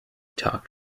talked